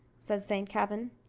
says st. kavin.